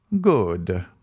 Good